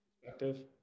perspective